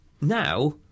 Now